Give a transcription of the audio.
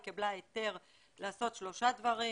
היא קיבלה היתר לעשות שלושה דברים